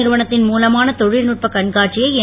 நிறுவனத்தின் மூலமான தொழில்நுட்பக் கண்காட்சியை என்